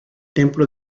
templo